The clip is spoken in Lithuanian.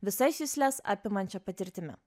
visais jusles apimančia patirtimi